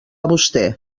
vostè